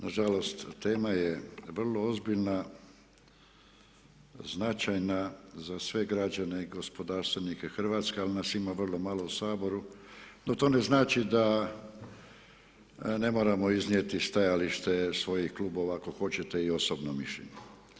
Nažalost tema je vrlo ozbiljna, značajna za sve građane i gospodarstvenike Hrvatske ali nas ima vrlo malo u Saboru, no to ne znači da ne moramo iznijeti stajalište svojih klubova, ako hoćete i osobno mišljenje.